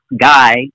guy